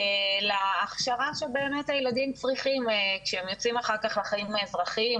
להכשרה שבאמת הילדים צריכים כשהם יוצאים אחר כך לחיים האזרחיים,